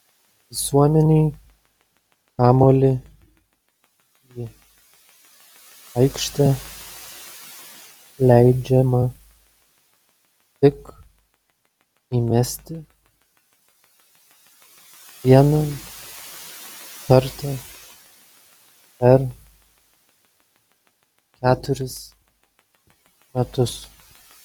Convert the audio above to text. visuomenei kamuolį į aikštę leidžiama tik įmesti vieną kartą per keturis metus